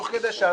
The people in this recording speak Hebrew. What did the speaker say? תוך כדי שאנחנו,